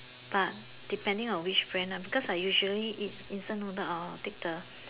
but depending on which brand uh because I usually eat instant noodle or take the